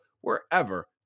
wherever